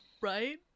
right